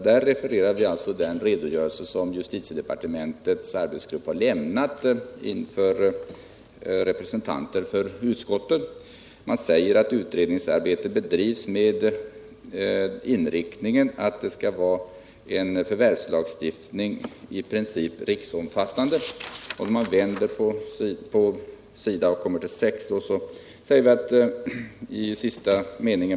Där refereras nämligen den redogörelse som justitiedepartementets arbetsgrupp har lämnat inför representanter för utskottet, varvid anförs att utredningsarbetet bedrivs med den inriktningen att förvärvslagstiftningen i princip skall vara riksomfattande.